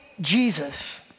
Jesus